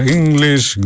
English